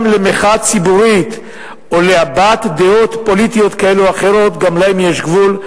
גם למחאה ציבורית או להבעת דעות פוליטיות כאלה או אחרות יש גבול.